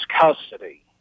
custody